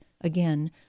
again